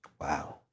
Wow